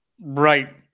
Right